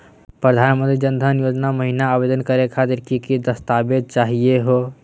प्रधानमंत्री जन धन योजना महिना आवेदन करे खातीर कि कि दस्तावेज चाहीयो हो?